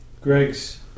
Greg's